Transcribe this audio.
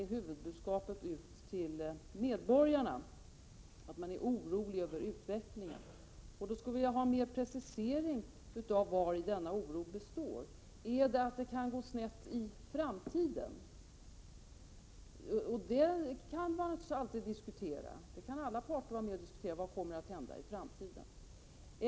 Huvudbudskapet till medborgarna är att man är orolig över utvecklingen. Jag skulle vilja få mer preciserat vari denna oro består. Oroas man för att det kan gå snett i framtiden? Det kan man naturligtvis alltid diskutera. Alla parter kan vara med och diskutera frågan om vad som kommer att hända i framtiden.